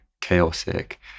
chaotic